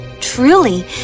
Truly